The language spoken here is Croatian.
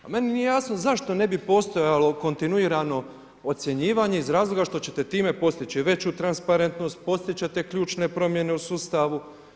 A meni nije jasno zašto ne bi postojalo kontinuirano ocjenjivanje iz razloga što ćete time postići veću transparentnost, postići ćete ključne promjene u sustavu.